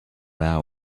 hours